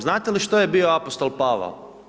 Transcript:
Znate li što je bio apostol Pavao?